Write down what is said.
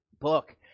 book